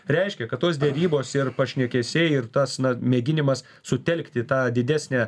reiškia kad tos derybos ir pašnekesiai ir tas mėginimas sutelkti tą didesnę